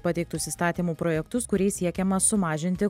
pateiktus įstatymų projektus kuriais siekiama sumažinti